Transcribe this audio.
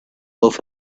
off